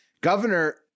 governor